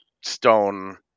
stone